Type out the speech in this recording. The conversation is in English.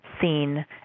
seen